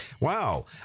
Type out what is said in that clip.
Wow